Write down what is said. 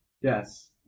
yes